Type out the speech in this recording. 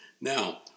Now